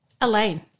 Elaine